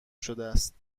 شدهست